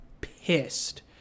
pissed